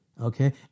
okay